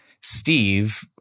Steve